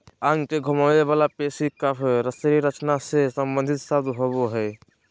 अंग के घुमावे वला पेशी कफ शरीर रचना से सम्बंधित शब्द होबो हइ